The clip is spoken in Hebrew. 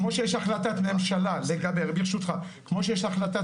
כמו שיש החלטת ממשלה לגבי ברשותך כמו שיש החלטת